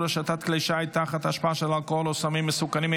השטת כלי שיט תחת השפעה של אלכוהול או סמים מסוכנים),